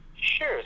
Sure